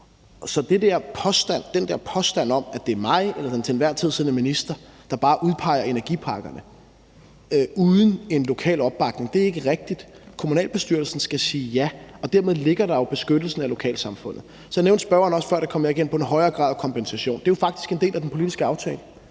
Så den der påstand om, at det er mig eller den til enhver tid siddende minister, der bare udpeger energiparkerne uden en lokal opbakning, er ikke rigtig. Kommunalbestyrelsen skal sige ja, og dermed ligger der jo beskyttelsen af lokalsamfundet. Så nævnte spørgeren også før – det kom jeg ikke ind på – en højere grad af kompensation. Det er jo faktisk en del af den politiske aftale,